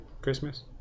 Christmas